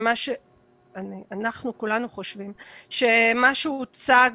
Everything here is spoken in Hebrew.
כולנו חושבים שמה שהוצג